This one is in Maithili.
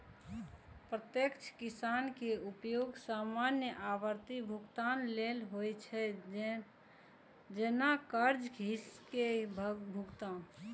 प्रत्यक्ष निकासी के उपयोग सामान्यतः आवर्ती भुगतान लेल होइ छै, जैना कर्जक किस्त के भुगतान